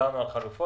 דיברנו על חלופות.